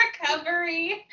recovery